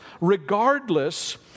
regardless